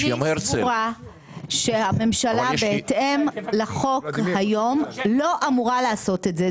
אני סבורה שהממשלה בהתאם לחוק היום לא אמורה לעשות את זה,